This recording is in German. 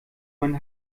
mein